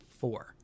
four